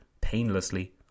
painlessly